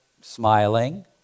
smiling